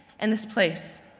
and this place.